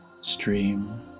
stream